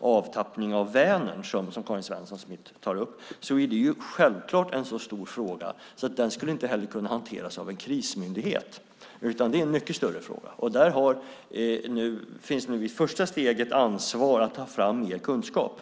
Avtappning av Vänern, som Karin Svensson Smith tar upp, är självklart en så stor fråga att den inte skulle kunna hanteras av en krismyndighet. Det är en mycket större fråga. Där är nu det första steget att ta fram mer kunskap.